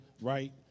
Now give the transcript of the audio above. right